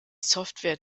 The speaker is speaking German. software